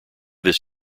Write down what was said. this